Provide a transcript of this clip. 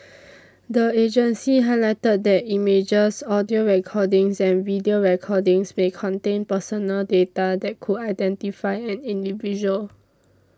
the agency highlighted that images audio recordings and video recordings may contain personal data that could identify an individual